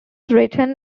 written